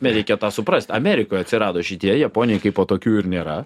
reikia tą suprast amerikoj atsirado šitie japonijoj kaipo tokių ir nėra